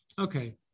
Okay